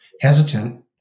hesitant